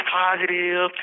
positive